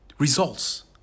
Results